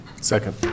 Second